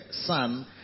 son